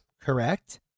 correct